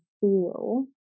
feel